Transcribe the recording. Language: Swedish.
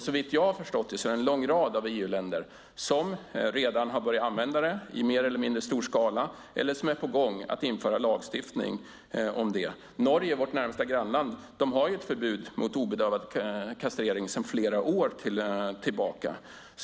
Såvitt jag har förstått är det en lång rad EU-länder som redan har börjat använda det i mer eller mindre stor skala eller som är på gång att införa lagstiftning om det. Norge, vårt närmaste grannland, har ett förbud mot obedövad kastrering sedan flera år tillbaka.